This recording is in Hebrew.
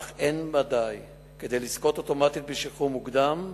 אך אין בה די כדי לזכות אוטומטית בשחרור מוקדם,